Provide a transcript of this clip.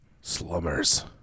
slummers